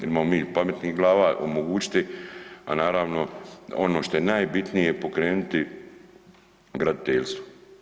Imamo mi i pametnih glava, omogućiti a naravno ono što je najbitnije pokrenuti graditeljstvo.